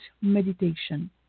Meditation